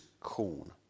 corn